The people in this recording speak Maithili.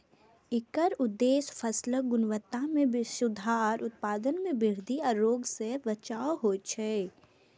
एकर उद्देश्य फसलक गुणवत्ता मे सुधार, उत्पादन मे वृद्धि आ रोग सं बचाव होइ छै